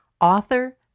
author